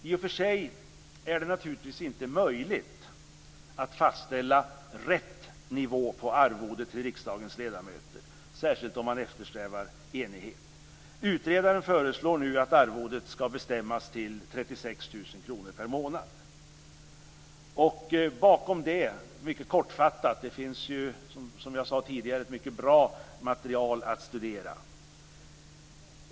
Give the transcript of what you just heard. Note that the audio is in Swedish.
I och för sig är det naturligtvis inte möjligt att fastställa rätt nivå på arvodet till riksdagens ledamöter, särskilt om man eftersträvar enighet. Utredaren föreslår nu att arvodet skall bestämmas till 36 000 kr per månad. Jag vill här vara mycket kortfattad. Bakom förslaget finns, som jag tidigare sade, ett mycket bra material att studera.